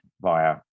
via